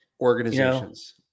Organizations